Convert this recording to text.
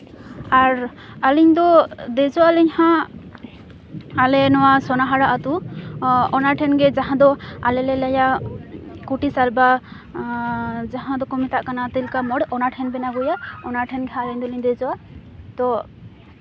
ᱟᱨ ᱟᱹᱞᱤᱧ ᱫᱚ ᱫᱮᱡᱚᱜ ᱟᱹᱞᱤᱧ ᱦᱟᱸᱜ ᱟᱞᱮ ᱱᱚᱣᱟ ᱥᱳᱱᱟᱦᱟᱨᱟ ᱟᱛᱳ ᱚᱱᱟ ᱴᱷᱮᱜᱮ ᱡᱟᱦᱟᱸ ᱫᱚ ᱟᱞᱮ ᱞᱮ ᱞᱟᱹᱭᱟ ᱠᱩᱴᱤ ᱥᱟᱨᱵᱟ ᱡᱟᱦᱟᱸ ᱫᱚᱠᱚ ᱢᱮᱛᱟᱜ ᱠᱟᱱ ᱛᱤᱞᱠᱟᱹ ᱢᱳᱲ ᱚᱱᱟ ᱴᱷᱮᱱ ᱵᱮᱱ ᱟᱹᱜᱩᱭᱟ ᱚᱱᱟ ᱴᱷᱮᱱ ᱜᱮᱦᱟᱸᱜ ᱟᱹᱞᱤᱧ ᱫᱚᱞᱤᱧ ᱫᱮᱡᱚᱜᱼᱟ ᱛᱚ